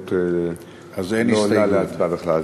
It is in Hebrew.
ההסתייגות לא עולה להצבעה בכלל.